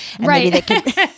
Right